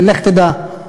ולך תדע.